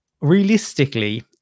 realistically